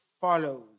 follows